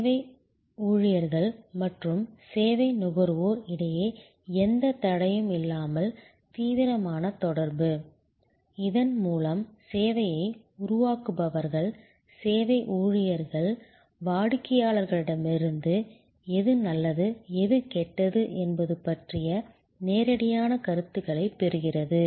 சேவை ஊழியர்கள் மற்றும் சேவை நுகர்வோர் இடையே எந்த தடையும் இல்லாமல் தீவிரமான தொடர்பு இதன் மூலம் சேவையை உருவாக்குபவர்கள் சேவை ஊழியர்கள் வாடிக்கையாளர்களிடமிருந்து எது நல்லது எது கெட்டது என்பது பற்றிய நேரடியான கருத்துக்களைப் பெறுகிறது